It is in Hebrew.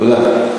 תודה.